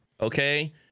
okay